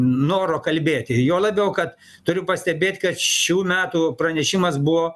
noro kalbėti ir juo labiau kad turiu pastebėt kad šių metų pranešimas buvo